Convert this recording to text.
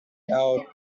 out